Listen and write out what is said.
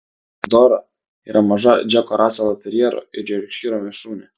dora yra maža džeko raselo terjero ir jorkšyro mišrūnė